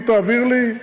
אם תעביר לי,